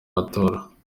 matora